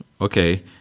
okay